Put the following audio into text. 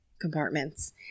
compartments